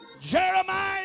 Jeremiah